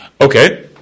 Okay